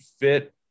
fit